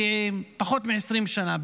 פחות מ-20 שנה,